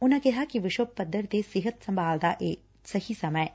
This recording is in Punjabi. ਉਨੂਾਂ ਕਿਹਾ ਕਿ ਵਿਸ਼ਵ ਪੱਧਰ ਤੇ ਸਿਹਤ ਸੰਭਾਲ ਦਾ ਇਹ ਸਹੀ ਸਮਾ ਐ